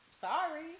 sorry